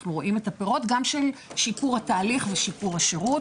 אנחנו רואים את הפירות גם של שיפור התהליך ושיפור השירות.